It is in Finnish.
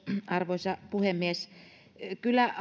arvoisa puhemies kyllä